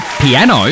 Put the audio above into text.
piano